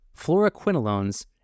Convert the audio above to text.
Fluoroquinolones